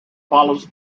follows